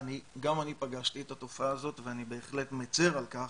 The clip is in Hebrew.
גם אני פגשתי את הופעה הזאת ואני בהחלט מצר על כך